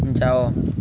ଯାଅ